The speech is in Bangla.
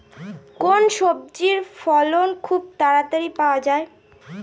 কোন সবজির ফলন খুব তাড়াতাড়ি পাওয়া যায়?